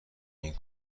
این